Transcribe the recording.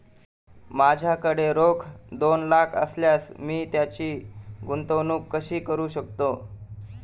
माझ्याकडे रोख दोन लाख असल्यास मी त्याची गुंतवणूक कशी करू शकतो?